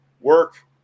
work